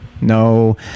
No